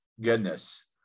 goodness